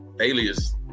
Alias